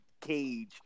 cage